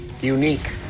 Unique